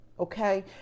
Okay